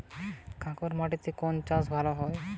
কাঁকর মাটিতে কোন চাষ ভালো হবে?